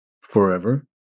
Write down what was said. forever